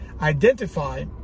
identify